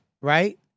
Right